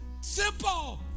simple